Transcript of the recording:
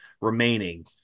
remaining